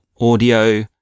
audio